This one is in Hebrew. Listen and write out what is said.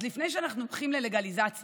אז לפני שאנחנו הולכים ללגליזציה